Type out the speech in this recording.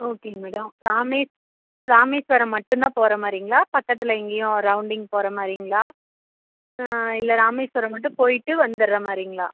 ஓகேங்க மேடம் ராமேஸ் ராமேஸ்வரம் மட்டும் தான் போகிற மாதிரிங்களா பக்கத்தில் எங்கேயும் ரௌண்டிங் போகிற மாதிரிங்களா இல்லை ராமேஸ்வரம் மட்டும் போய்விட்டு வந்துவிட்ற மாதிரிங்களா